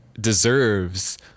deserves